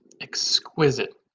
exquisite